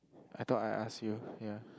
I thought I asked you ya